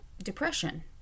depression